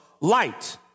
light